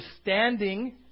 standing